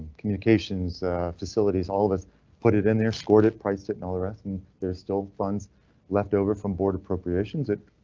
communications facilities, all of us put it in there, scored it, priced it in all the rest and there's still funds leftover from board appropriations it.